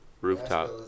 rooftop